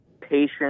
patient